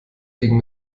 ging